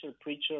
preacher